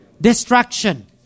Destruction